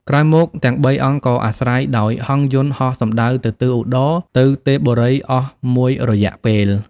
ក្រោយមក ទាំងបីអង្គក៏អាស្រ័យដោយហង្សយន្តហោះសំដៅទិសឧត្តរទៅទេពបុរីអស់មួយរយៈពេល។